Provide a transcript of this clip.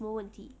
什么问题